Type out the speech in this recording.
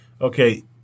Okay